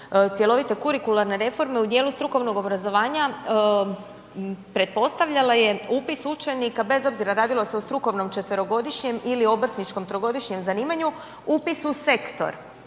cjelovite kurikularne reforme u dijelu strukovnog obrazovanja pretpostavljala je upis učenika bez obzira radilo se o strukovnom 4-godišnjem ili obrtničkom 3-godišnjem zanimanju, upis u sektor,